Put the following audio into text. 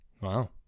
Wow